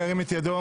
ירים את ידו.